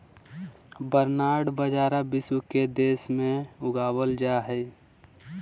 barnyard बाजरा विश्व के के देश में उगावल जा हइ